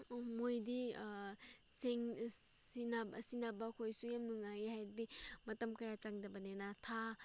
ꯃꯣꯏꯗꯤ ꯁꯦꯟꯅꯕꯈꯣꯏꯁꯨ ꯌꯥꯝ ꯅꯨꯉꯥꯏꯌꯦ ꯍꯥꯏꯕꯗꯤ ꯃꯇꯝ ꯀꯌꯥ ꯆꯪꯗꯕꯅꯤꯅ ꯊꯥ